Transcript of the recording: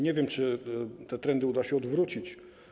Nie wiem, czy te trendy uda się odwrócić.